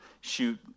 shoot